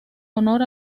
honor